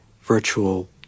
virtual